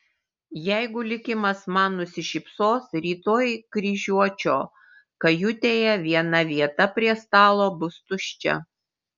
jeigu likimas man nusišypsos rytoj kryžiuočio kajutėje viena vieta prie stalo bus tuščia